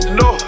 no